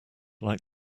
like